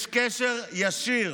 יש קשר ישיר